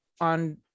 on